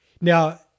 Now